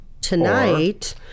tonight